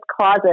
closet